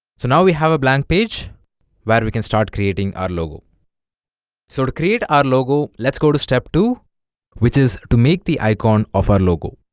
so now we have a blank page where we can start creating our logo so to create our logo let's go to step two which is to make the icon of our logo